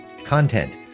content